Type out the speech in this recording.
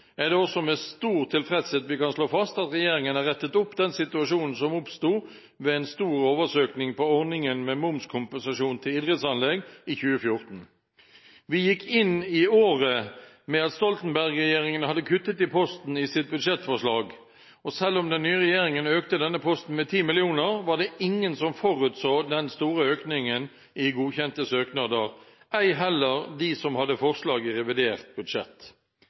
er det også med stor tilfredshet vi kan slå fast at regjeringen har rettet opp den situasjonen som oppsto ved en stor oversøkning til ordningen med momskompensasjon til idrettsanlegg i 2014. Vi gikk inn i året med at Stoltenberg-regjeringen hadde kuttet i posten i sitt budsjettforslag, og selv om den nye regjeringen økte denne posten med 10 mill. kr, var det ingen som forutså den store økningen i godkjente søknader – ei heller de som hadde forslag i revidert budsjett.